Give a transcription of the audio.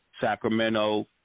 sacramento